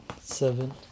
Seven